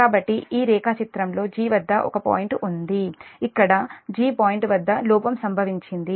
కాబట్టి ఈ రేఖాచిత్రంలో 'g' వద్ద ఒక పాయింట్ ఉంది ఇక్కడ 'g' పాయింట్ వద్ద లోపం సంభవించింది